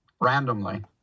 randomly